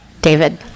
David